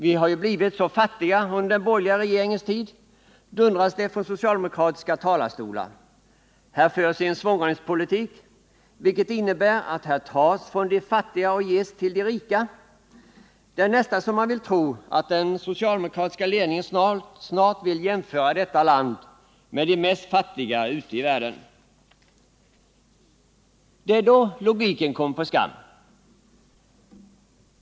Vi har ju blivit så fattiga under den borgerliga regeringens tid, dundras det från socialdemokratiska talarstolar. Här förs en svångremspolitik, vilket innebär att här tas från de fattiga och ges till de rika. Det är nästan så man vill tro att den socialdemokratiska ledningen snart vill jämföra detta land med de mest fattiga ute i världen. Det är då logiken kommer på skam.